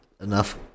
enough